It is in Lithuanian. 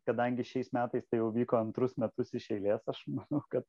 kadangi šiais metais tai jau vyko antrus metus iš eilės aš manau kad